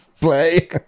play